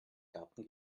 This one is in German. garten